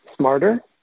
smarter